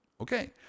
Okay